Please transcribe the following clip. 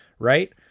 right